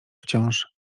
wciąż